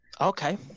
Okay